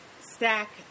stack